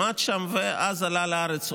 למד שם ואז עלה לארץ,